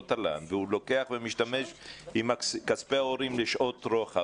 תל"ן והוא לוקח ומשתמש בכספי ההורים לשעות רוחב,